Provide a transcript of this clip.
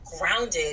grounded